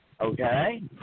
okay